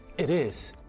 it is,